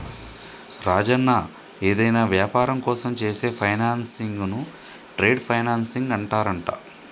రాజన్న ఏదైనా వ్యాపారం కోసం చేసే ఫైనాన్సింగ్ ను ట్రేడ్ ఫైనాన్సింగ్ అంటారంట